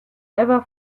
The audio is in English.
ever